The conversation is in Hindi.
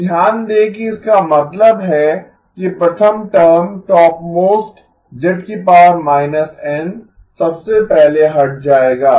तो ध्यान दें कि इसका मतलब है कि प्रथम टर्म टॉपमोस्ट z−N सबसे पहले हट जाएगा